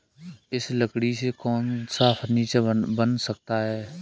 इस लकड़ी से कौन सा फर्नीचर बन सकता है?